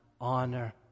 honor